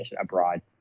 abroad